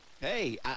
hey